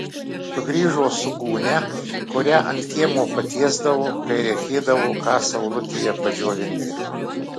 sugrįžo su gūnia kurią ant kiemo patiesdavo kai reikėdavo ką saulutėje padžiovinti